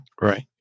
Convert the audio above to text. right